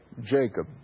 Jacob